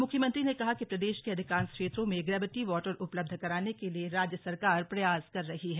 मुख्यमंत्री ने कहा कि प्रदेश के अधिकांश क्षेत्रों में ग्रेविटी वाटर उपलब्ध कराने के लिए राज्य सरकार प्रयास कर रही है